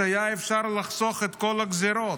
והיה אפשר לחסוך את כל הגזרות.